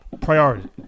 Priority